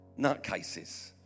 nutcases